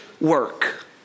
work